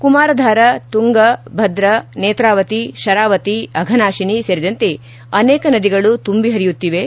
ಕುಮಾರಧಾರಾ ತುಂಗಾ ಭದ್ರಾ ನೇತ್ರಾವತಿ ಶರಾವತಿ ಅಘನಾಶಿನಿ ಸೇರಿದಂತೆ ಅನೇಕ ನದಿಗಳು ತುಂಬಿ ಹರಿಯುತ್ತಿವೆ